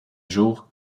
jour